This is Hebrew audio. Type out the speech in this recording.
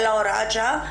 אלא הוראת שעה?